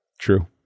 True